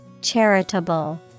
Charitable